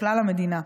לכלל המדינה,